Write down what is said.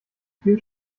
viel